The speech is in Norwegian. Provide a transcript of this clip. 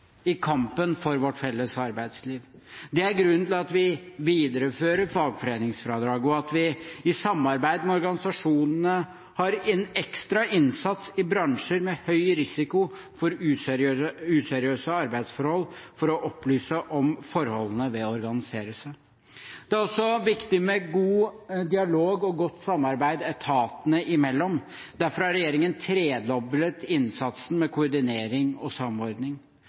i kampen for vårt felles arbeidsliv. Det er grunnen til at vi viderefører fagforeningsfradraget, og at vi i samarbeid med organisasjonene har en ekstra innsats i bransjer med høy risiko for useriøse arbeidsforhold for å opplyse om fordelene ved å organisere seg. Det er også viktig med god dialog og godt samarbeid etatene imellom. Derfor har regjeringen tredoblet innsatsen med koordinering og samordning.